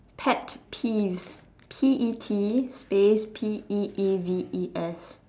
pet peeves P E T space P E E V E S